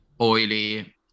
oily